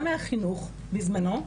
גם מהחינוך בזמנו,